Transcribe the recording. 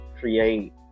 create